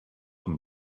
him